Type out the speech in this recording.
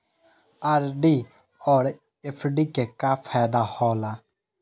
RD और FD के का फायदा हौला?